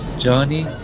Johnny